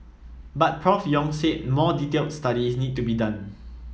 but Prof Yong said more detailed studies need to be done